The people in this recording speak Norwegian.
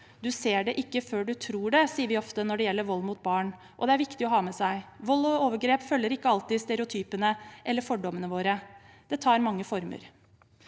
Du ser det ikke før du tror det, sier vi ofte når det gjelder vold mot barn, og det er viktig å ha med seg. Vold og overgrep følger ikke alltid stereotypene eller fordommene våre. Det tar mange former.